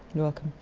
you're welcome.